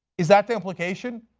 is that the implication?